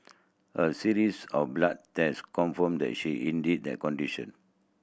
a series of blood test confirmed that she indeed the condition